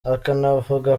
akanavuga